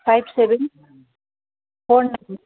five seven four nine